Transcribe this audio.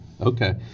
Okay